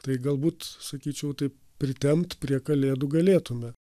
tai galbūt sakyčiau taip pritempt prie kalėdų galėtume